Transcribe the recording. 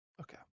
Okay